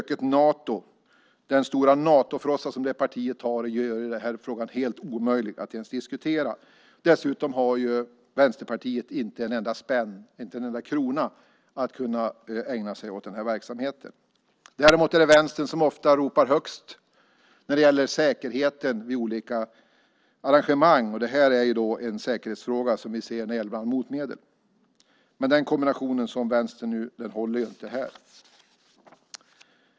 Det partiets stora Natofrossa gör att det är helt omöjligt att ens diskutera frågan. Dessutom har Vänsterpartiet inte en enda spänn, inte en enda krona, att ägna åt den här verksamheten. Däremot är det Vänstern som ofta ropar högst när det gäller säkerheten vid olika arrangemang. Det här är en säkerhetsfråga, som vi ser saken, när det gäller detta med motmedel. Men den kombinationen håller inte för Vänstern här.